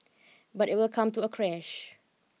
but it will come to a crash